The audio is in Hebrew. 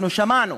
אנחנו שמענו